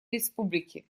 республики